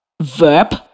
verb